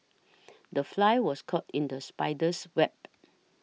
the fly was caught in the spider's web